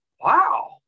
wow